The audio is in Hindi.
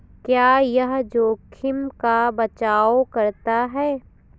क्या यह जोखिम का बचाओ करता है?